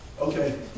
Okay